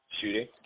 shooting